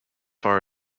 far